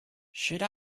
should